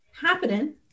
happening